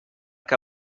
que